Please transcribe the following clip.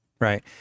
right